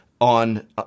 on